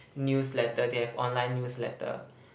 newsletter they have online newsletter